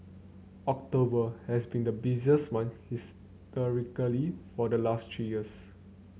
October has been the busiest month historically for the last three years